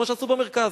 כמו שעשו במרכז.